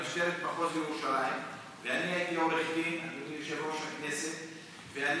מכיוון שהתחייבתי כלפי הייעוץ המשפטי לציין